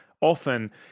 Often